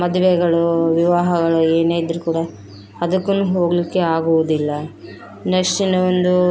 ಮದ್ವೆಗಳು ವಿವಾಹಗಳು ಏನೇ ಇದ್ದರೂ ಕೂಡ ಅದಕ್ಕೂ ಹೋಗಲ್ಲಿಕ್ಕೆ ಆಗುವುದಿಲ್ಲ ನೆಕ್ಸ್ ನಾವೊಂದು